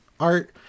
Art